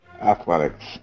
Athletics